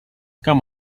come